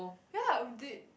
ya would they